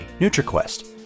NutriQuest